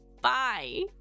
Bye